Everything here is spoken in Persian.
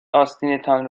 آستینتان